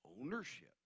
Ownership